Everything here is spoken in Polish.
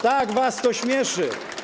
Tak, was to śmieszy.